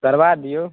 करबा दिऔ